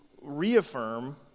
reaffirm